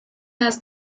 has